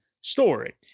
story